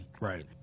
Right